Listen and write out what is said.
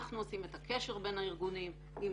אנחנו עושים את הקשר בין הארגונים אם